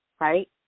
right